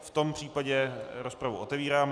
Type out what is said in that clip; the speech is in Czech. V tom případě rozpravu otevírám.